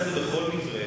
בכל מקרה